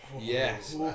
Yes